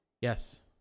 Yes